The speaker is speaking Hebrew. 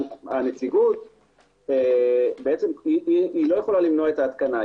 -- הנציגות לא יכולה למנוע את ההתקנה.